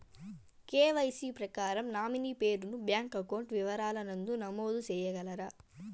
KYC ప్రకారం nominee పేరు ను బ్యాంకు అకౌంట్ వివరాల నందు నమోదు సేయగలరా?